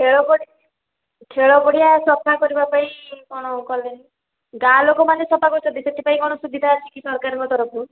ଖେଳପଡ଼ିଆ ସଫା କରିବା ପାଇଁ କ'ଣ କଲେ ଗାଁ ଲୋକମାନେ ସଫା କରିଛନ୍ତି ସେଥିପାଇଁ କ'ଣ ସୁବିଧା ଅଛି କି ସରକାରଙ୍କ ତରଫରୁ